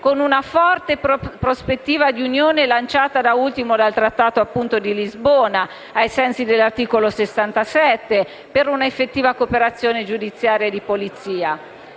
la forte prospettiva di unione lanciata da ultimo dal Trattato di Lisbona del 2009, ai sensi dell'articolo 67, per un'effettiva cooperazione giudiziaria e di polizia.